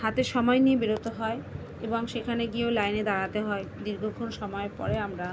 হাতে সময় নিয়ে বেরোতে হয় এবং সেখানে গিয়েও লাইনে দাঁড়াতে হয় দীর্ঘক্ষণ সময় পরে আমরা